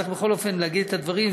צריך בכל אופן להגיד את הדברים,